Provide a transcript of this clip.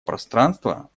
пространства